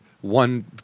one